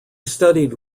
studied